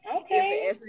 Okay